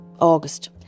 August